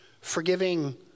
forgiving